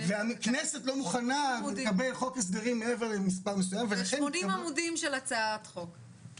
הנגיש מעל 930-זה אומר מעל ל- 70% ואנחנו עד סוף השנה נהיה מעל 75%,